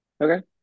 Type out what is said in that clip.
Okay